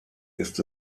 ist